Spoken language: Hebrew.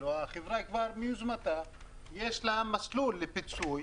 החברה מיוזמתה יש לה מסלול לפיצוי